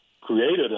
created